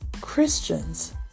Christians